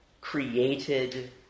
created